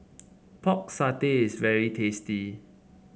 Pork Satay is very tasty